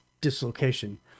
dislocation